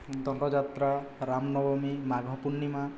ଦଣ୍ଡଯାତ୍ରା ରାମ ନବମୀ ମାଘ ପୂର୍ଣ୍ଣିମା